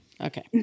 okay